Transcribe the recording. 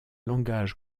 langages